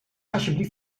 alsjeblieft